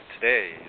today